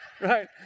Right